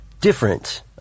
different